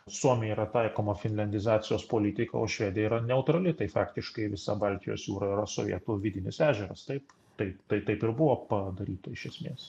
suomijai yra taikoma finliandizacijos politika o švedija yra neutrali tai faktiškai visa baltijos jūra yra sovietų vidinis ežeras taip taip tai taip ir buvo padaryta iš esmės